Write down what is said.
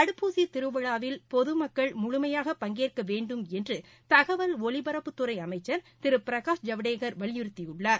தடுப்பூசி திருவிழாவில் பொதுமக்கள் முழுமையான பங்கேற்க வேண்டும் என்று தகவல் ஒலிபரப்புத் துறை அமைச்சர் திரு பிரகாஷ் ஜவ்டேகர் வலியுறுத்தியுள்ளார்